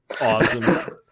Awesome